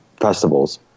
festivals